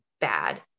bad